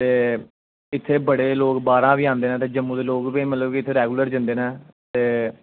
ते इत्थें बड़े लोग बाहरा बी आंदे न ते जम्मू दे लोग बी इत्थें मतलब रैगुलर जंदे न ते